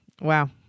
Wow